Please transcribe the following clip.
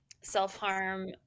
self-harm